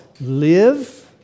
live